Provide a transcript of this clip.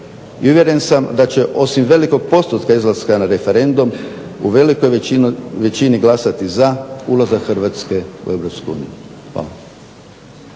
uvjeren sam da će osim velikog postotka izlaska na referendum u velikoj većini glasati za ulazak Hrvatske u